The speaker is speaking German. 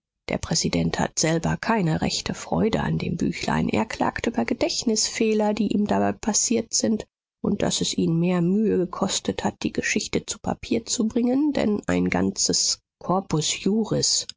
der präsident hat selber keine rechte freude an dem büchlein er klagt über gedächtnisfehler die ihm dabei passiert sind und daß es ihn mehr mühe gekostet hat die geschichte zu papier zu bringen denn ein ganzes corpus